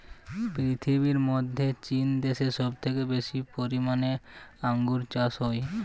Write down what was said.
পীরথিবীর মধ্যে চীন দ্যাশে সবচেয়ে বেশি পরিমালে আঙ্গুর চাস হ্যয়